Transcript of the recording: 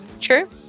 true